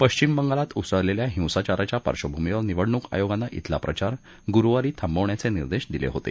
पश्विम बंगालात उसळलेल्या हिंसाचारातच्या पार्श्वभूमीवर निवडणूक आयोगानं खिला प्रचार गुरुवारी थांबवण्याचे निर्देश दिले होते